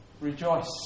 Rejoice